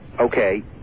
Okay